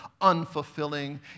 unfulfilling